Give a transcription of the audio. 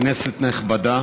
כנסת נכבדה,